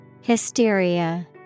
Hysteria